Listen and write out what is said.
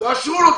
אפשר לעשות